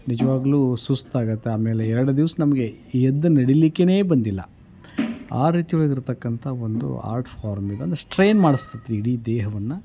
ನಿಜವಾಗ್ಲೂ ಸುಸ್ತಾಗುತ್ತೆ ಆಮೇಲೆ ಎರಡು ದಿವ್ಸ ನಮಗೆ ಎದ್ದು ನಡಿಲಿಕ್ಕೆೆ ಬಂದಿಲ್ಲ ಆ ರೀತಿ ಒಳಗಿರತಕ್ಕಂತ ಒಂದು ಆರ್ಟ್ ಫಾರ್ಮ್ ಇದೊಂದು ಸ್ಟ್ರೈನ್ ಮಾಡ್ಸ್ತತೆ ಇಡೀ ದೇಹವನ್ನು